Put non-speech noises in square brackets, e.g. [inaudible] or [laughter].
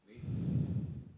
[breath]